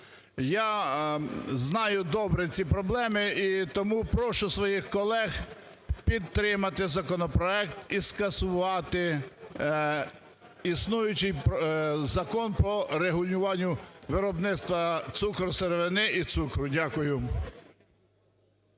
Я знаю добре ці проблеми і тому прошу своїх колег підтримати законопроект і скасувати існуючий Закон по регулювання виробництва цукру-сировини і цукру. Дякую.